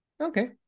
Okay